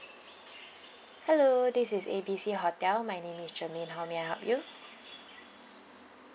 hello this is A B C hotel my name is germaine how may I help you